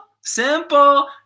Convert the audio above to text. Simple